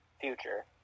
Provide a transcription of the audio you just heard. Future